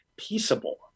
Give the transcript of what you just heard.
Peaceable